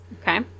Okay